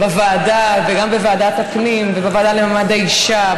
בוועדה וגם בוועדת הפנים ובוועדה למעמד האישה,